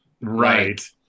right